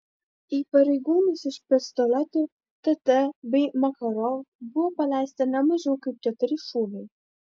į pareigūnus iš pistoletų tt bei makarov buvo paleista ne mažiau kaip keturi šūviai